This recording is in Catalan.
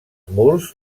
murs